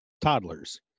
toddlers